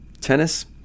tennis